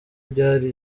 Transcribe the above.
byari